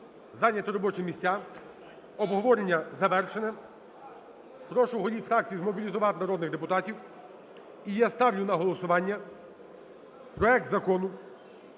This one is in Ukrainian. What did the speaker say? зайняти робочі місця. Обговорення завершене. Прошу голів фракцій змобілізувати народних депутатів. І я ставлю на голосування проект Закону